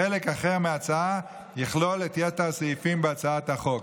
חלק אחר מההצעה יכלול את יתר הסעיפים בהצעת החוק.